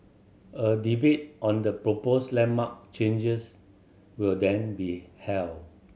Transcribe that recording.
a debate on the proposed landmark changes will then be held